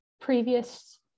previous